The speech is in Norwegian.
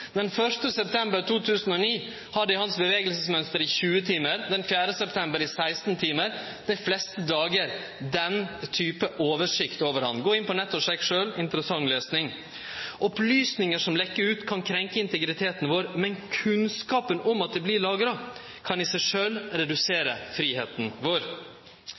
1. september 2009 har dei bevegelsesmønsteret hans i 20 timar, den 4. september i 16 timar. Dei fleste dagane har dei ein slik oversikt over han. Gå inn på nettet og sjekk sjølv – interessant lesing. Opplysningar som lek ut, kan krenkje integriteten vår, men kunnskapen om at det vert lagra, kan i seg sjølv redusere fridomen vår.